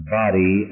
body